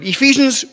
Ephesians